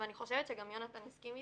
ואני חושבת שגם יונתן יסכים איתי,